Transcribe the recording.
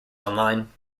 online